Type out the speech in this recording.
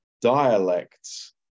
dialects